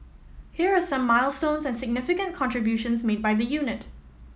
here are some milestones and significant contributions made by the unit